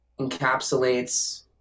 encapsulates